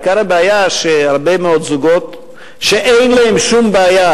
עיקר הבעיה הוא שהרבה מאוד זוגות שאין להם שום בעיה,